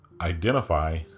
identify